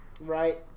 right